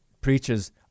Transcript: preaches